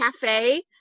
Cafe